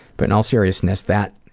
but in all seriousness, that